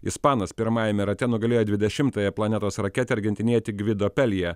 ispanas pirmajame rate nugalėjo dvidešimtąją planetos raketę argentinietį gvido pelije